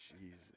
Jesus